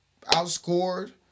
Outscored